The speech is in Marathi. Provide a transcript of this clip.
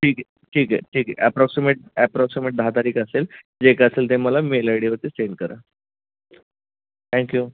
ठीक आहे ठीक आहे ठीक आहे ॲप्रॉक्सिमेट ॲप्रॉक्सिमेट दहा तारीख असेल जे काय असेल ते मला मेल आय डीवरती सेंड करा थँक्यू